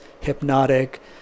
hypnotic